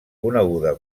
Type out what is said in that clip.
coneguda